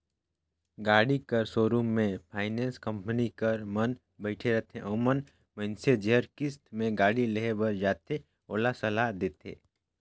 गाड़ी कर सोरुम में फाइनेंस कंपनी कर मन बइठे रहथें ओमन मइनसे जेहर किस्त में गाड़ी लेहे बर जाथे ओला सलाह देथे